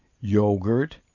yogurt